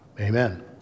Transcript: Amen